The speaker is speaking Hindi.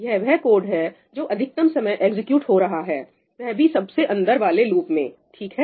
यह वह कोड है जो अधिकतम समय एग्जीक्यूट हो रहा है वह भी सबसे अंदर वाले लूप में ठीक है